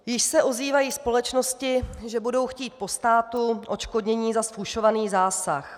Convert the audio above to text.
Již se ozývají společnosti, že budou chtít po státu odškodnění za zfušovaný zásah.